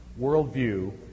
worldview